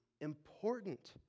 important